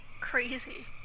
crazy